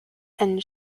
and